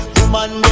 Woman